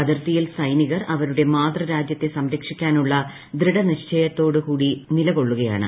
അതിർത്തിയിൽ സൈനിക്ർ അവരുടെ മാതൃരാജ്യത്തെ സംരക്ഷിക്കാനുള്ള ദൃഢനിശ്ചയത്തോടും കൂടി നിലകൊള്ളുകയാണ്